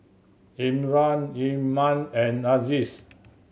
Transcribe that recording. Imran Iman and Aziz